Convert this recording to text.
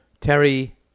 Terry